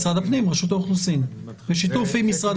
משרד הפנים, רשות האוכלוסין, בשיתוף עם משרד החוץ.